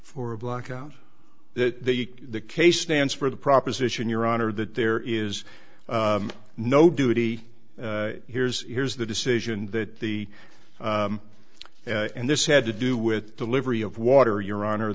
for a blackout that the case stands for the proposition your honor that there is no duty here's here's the decision that the and this had to do with delivery of water your honor